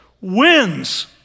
wins